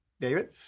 David